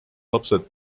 lapsed